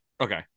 okay